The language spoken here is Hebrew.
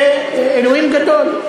ואלוהים גדול.